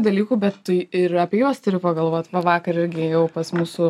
dalykų bet tai ir apie juos turi pagalvot va vakar irgi ėjau pas mūsų